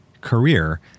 career